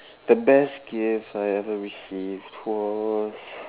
the best gift I ever received was